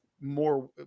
more